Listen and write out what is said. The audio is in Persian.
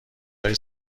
های